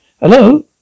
Hello